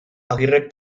agirrek